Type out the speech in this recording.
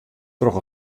troch